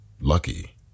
Lucky